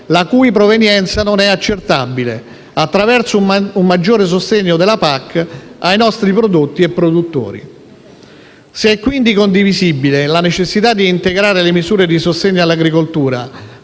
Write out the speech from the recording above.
la cui provenienza non è accertabile, attraverso un maggiore sostegno della PAC ai nostri prodotti e produttori. Se è, quindi, condivisibile la necessità di integrare le misure di sostegno all'agricoltura,